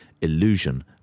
illusion